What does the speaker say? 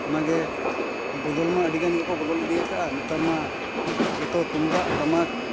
ᱚᱱᱟᱜᱮ ᱵᱚᱫᱚᱞ ᱢᱟ ᱟᱹᱰᱤᱜᱟᱱ ᱜᱮᱠᱚ ᱵᱚᱫᱚᱞ ᱤᱫᱤ ᱠᱟᱫᱼᱟ ᱱᱮᱛᱟᱨ ᱢᱟ ᱡᱚᱛᱚ ᱛᱩᱢᱫᱟᱜᱼᱴᱟᱢᱟᱠ